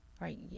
right